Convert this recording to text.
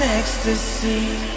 Ecstasy